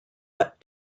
but